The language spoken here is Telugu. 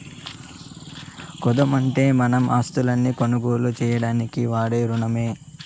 కుదవంటేనే మన ఆస్తుల్ని కొనుగోలు చేసేదానికి వాడే రునమమ్మో